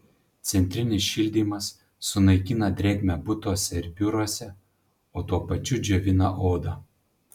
centrinis šildymas sunaikina drėgmę butuose ir biuruose o tuo pačiu džiovina odą